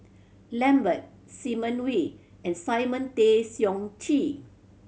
Lambert Simon Wee and Simon Tay Seong Chee